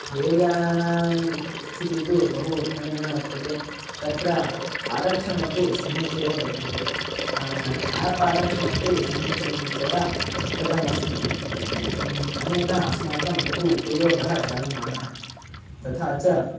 रेल्यानानां स्थितिः तु बहु उत्तमेन वर्तते तत्र आरक्षणमपि सम्यक् एव वर्तते आप् आरक्षणमपि समीचीनं तया कृतमस्ति अनेन अस्माकं बहु उपयोगः जायमानः तथा च